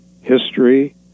history